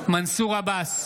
עבאס,